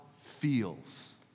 feels